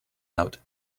out